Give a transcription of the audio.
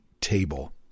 Table